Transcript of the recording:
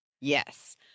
Yes